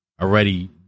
already